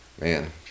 Man